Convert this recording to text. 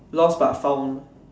lost but found